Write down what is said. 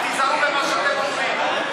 אז תיזהרו במה שאתם אומרים.